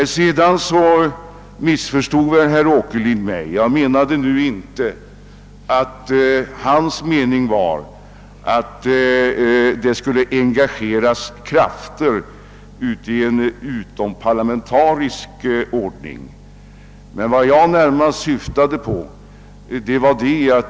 Men sedan måste herr Åkerlind ha missförstått mig. Jag menade inte att han var av den uppfattningen att krafter skulle engageras för utomparlamen tariska aktioner.